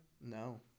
No